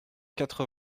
quatre